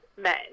men